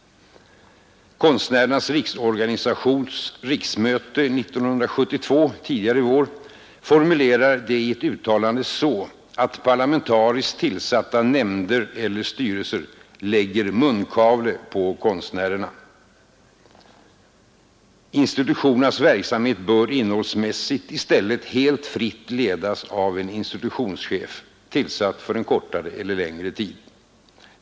Konstnärernas riksorganisations riksmöte 1972 formulerar det i ett uttalande så att parlamentariskt tillsatta mämnder eller styrelser ”lägger munkavel på konstnärerna”. Institutionernas verksamhet bör innehållsmässigt i stället helt fritt ledas av en institutionschef, tillsatt för en kortare eller längre tid.